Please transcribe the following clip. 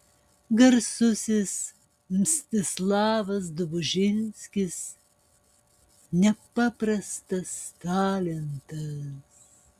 garsusis mstislavas dobužinskis nepaprastas talentas